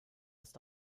ist